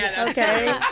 Okay